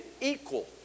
equal